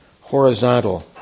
horizontal